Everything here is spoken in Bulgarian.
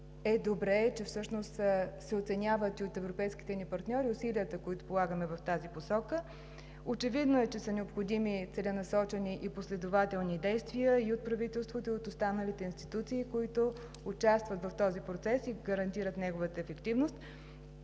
е добре, че всъщност се оценява и от европейските ни партньори усилията, които полагаме в тази посока. Очевидно е, че са необходими целенасочени и последователни действия и от правителството, и от останалите институции, които участват в този процес и гарантират неговата ефективност.